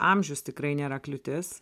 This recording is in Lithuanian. amžius tikrai nėra kliūtis